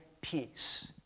peace